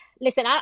listen